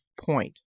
point